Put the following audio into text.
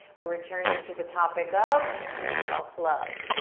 we're returning to the topic of self love.